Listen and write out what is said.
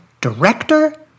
director